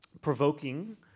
provoking